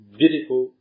beautiful